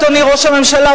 אדוני ראש הממשלה,